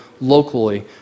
locally